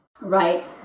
Right